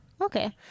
Okay